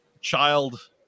child